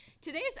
today's